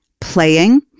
playing